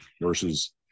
versus